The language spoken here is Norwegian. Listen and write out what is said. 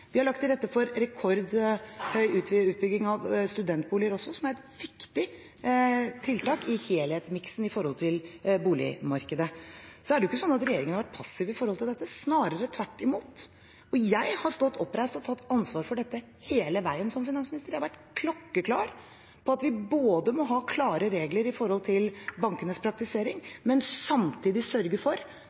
Vi har lagt til rette for rekordhøy utbygging av studentboliger også, som er et viktig tiltak i helhetsmiksen i boligmarkedet. Så er det jo ikke sånn at regjeringen har vært passiv i forhold til dette, snarere tvert imot. Og jeg har stått oppreist og tatt ansvar for dette hele veien som finansminister. Jeg har vært klokkeklar på at vi både må ha klare regler i forhold til bankenes praktisering og samtidig må sørge for